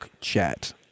chat